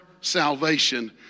salvation